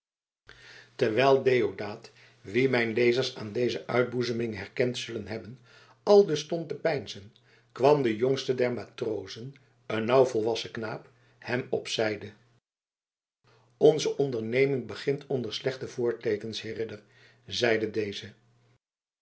terwijl deodaat wien mijn lezers aan deze uitboezeming herkend zullen hebben aldus stond te peinzen kwam de jongste der matrozen een nauw volwassen knaap hem op zijde onze onderneming begint onder slechte voorteekens heer ridder zeide deze